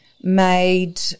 made